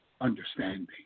understanding